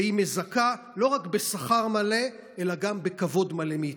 והיא מזכה לא רק בשכר מלא אלא גם בכבוד מלא מאיתנו.